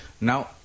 Now